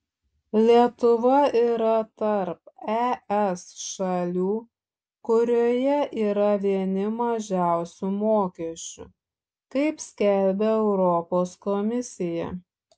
lietuva yra tarp es šalių kurioje yra vieni mažiausių mokesčių kaip skelbia europos komisija